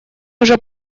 уже